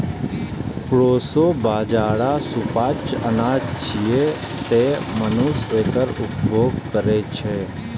proso बाजारा सुपाच्य अनाज छियै, तें मनुष्य एकर उपभोग करै छै